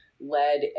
led